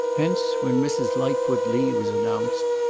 hence, when mrs. lightfoot lee was announced,